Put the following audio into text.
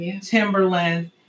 Timberland